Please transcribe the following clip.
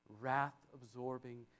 wrath-absorbing